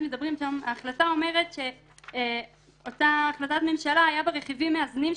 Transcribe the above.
ההחלטה אומרת שאותה החלטת ממשלה היו בה רכיבים מאזנים,